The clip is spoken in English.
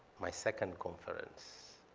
my second conference.